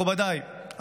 מכובדיי,